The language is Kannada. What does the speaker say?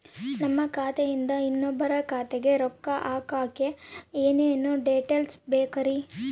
ನಮ್ಮ ಖಾತೆಯಿಂದ ಇನ್ನೊಬ್ಬರ ಖಾತೆಗೆ ರೊಕ್ಕ ಹಾಕಕ್ಕೆ ಏನೇನು ಡೇಟೇಲ್ಸ್ ಬೇಕರಿ?